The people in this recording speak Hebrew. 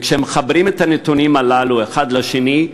כשמחברים את הנתונים הללו אחד לשני,